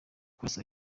kurasa